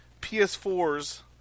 PS4s